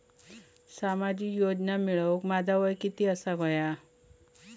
सामाजिक योजना मिळवूक माझा वय किती असूक व्हया?